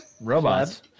robots